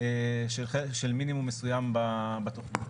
של מינימום מסוים בתוכנית.